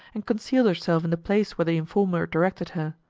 and concealed herself in the place where the informer directed her.